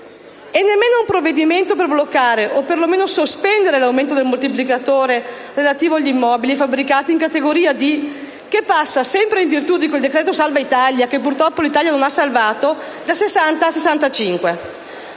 E nemmeno un provvedimento per bloccare, o perlomeno sospendere, l'aumento del moltiplicatore relativo agli immobili e ai fabbricati in categoria D, che passa, sempre in virtù di quel celebre decreto salva Italia (che purtroppo l'Italia non ha salvato), da 60 a 65.